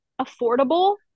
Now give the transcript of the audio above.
affordable